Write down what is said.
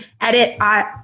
edit